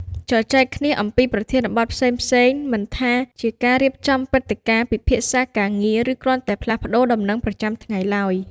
ជជែកគ្នា អំពីប្រធានបទផ្សេងៗ មិនថាជាការរៀបចំព្រឹត្តិការណ៍ ពិភាក្សាការងារ ឬគ្រាន់តែផ្លាស់ប្ដូរដំណឹងប្រចាំថ្ងៃឡើយ។